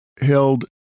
held